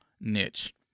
niche